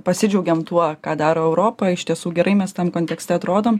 pasidžiaugėm tuo ką daro europa iš tiesų gerai mes tam kontekste atrodom